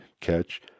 catch